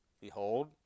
behold